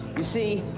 you see,